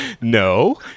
no